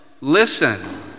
listen